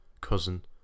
cousin